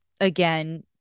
again